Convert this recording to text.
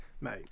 mate